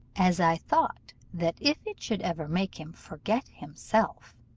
as i thought that if it should ever make him forget him self,